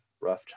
rough